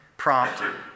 prompt